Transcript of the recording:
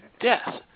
death